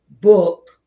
book